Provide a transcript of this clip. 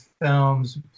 films